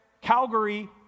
Calgary